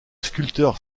sculpteur